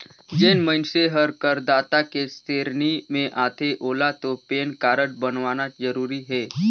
जेन मइनसे हर करदाता के सेरेनी मे आथे ओेला तो पेन कारड बनवाना जरूरी हे